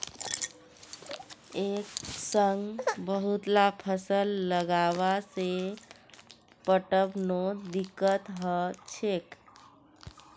एक संग बहुतला फसल लगावा से पटवनोत दिक्कत ह छेक